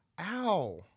Ow